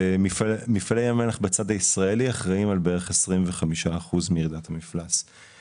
מפעלי ים המלח בצד הישראלי אחראים על בערך 25% מירידת המפלס,